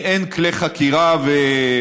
לי אין כלי חקירה ושימוע,